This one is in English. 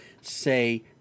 say